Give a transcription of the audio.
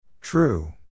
True